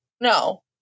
No